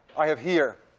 i have here